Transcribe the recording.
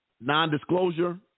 non-disclosure